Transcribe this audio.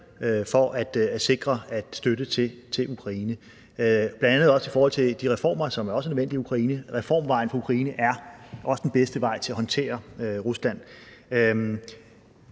for at sikre støtte til Ukraine, bl.a. også i forhold til de reformer, som også er nødvendige i Ukraine. Reformvejen for Ukraine er også den bedste vej til at håndtere Rusland.